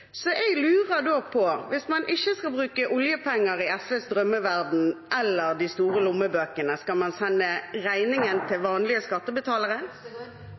Så da lurer jeg på, hvis man ikke skal bruke oljepenger i SVs drømmeverden, eller de store lommebøkene: Skal man sende regningen til vanlige skattebetalere?